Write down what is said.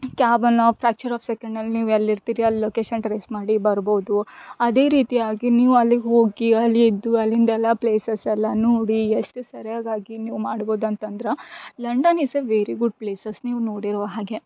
ಕ್ಯಾಬನ್ನು fracture of ಸೆಕೆಂಡ್ನಲ್ಲಿ ನೀವು ಎಲ್ಲಿ ಇರ್ತೀರಿ ಅಲ್ಲಿ ಲೊಕೇಶನ್ ಟ್ರೇಸ್ ಮಾಡಿ ಬರ್ಬೋದು ಅದೇ ರೀತಿಯಾಗಿ ನೀವು ಅಲ್ಲಿಗೆ ಹೋಗಿ ಅಲ್ಲಿ ಇದ್ದು ಅಲ್ಲಿಂದೆಲ್ಲಾ ಪ್ಲೇಸಸೆಲ್ಲ ನೋಡಿ ಎಷ್ಟು ಸರಿಯಾಗಾಗಿ ನೀವು ಮಾಡ್ಬೋದು ಅಂತ ಅಂದ್ರೆ London is a very good places ನೀವು ನೋಡಿರುವ ಹಾಗೆ